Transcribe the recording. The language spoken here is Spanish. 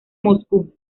moscú